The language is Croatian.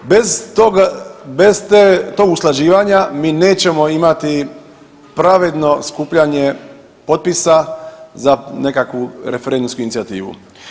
Bez toga, bez tog usklađivanja mi nećemo imati pravedno skupljanje potpisa za nekakvu referendumsku inicijativu.